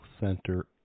center